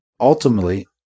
ultimately-